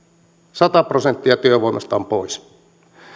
sata prosenttia työvoimasta on pois